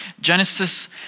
Genesis